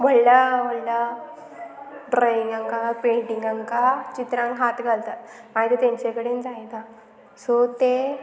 व्हडल्या व्हडल्या ड्रॉइंगांक पेंटिंगांक चित्रांक हात घालतात मागीर तांचे कडेन जायना सो ते